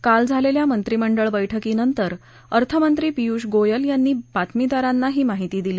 काल झालेल्या मंत्रिमंडळ बैठकीनंतर अर्थमंत्री पियूष गोयल यांनी बातमीदारांना ही माहिती दिली